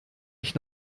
ich